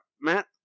Matt